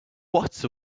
what